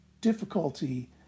difficulty